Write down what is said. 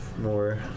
more